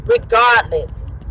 regardless